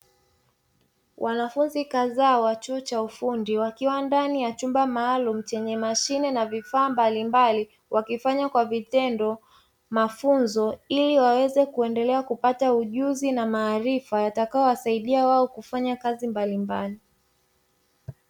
Wanafunzi kadhaa wa chuo cha ufundi wakiwa ndani ya chumba maalumu chenye mashine na vifaa mbalimbali, wakifanya kwa vitendo mafunzo ili waweze kuendelea kupata ujuzi na maarifa yatakayowasaidia wao kufanya kazi mbalimbali.